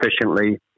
efficiently